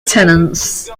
tenants